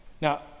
Now